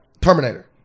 Terminator